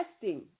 testing